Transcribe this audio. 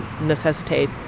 necessitate